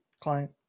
client